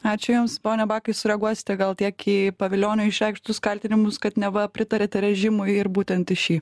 ačiū jums pone bakai sureaguosite gal tiek į pavilionio išreikštus kaltinimus kad neva pritariate režimui ir būtent į šį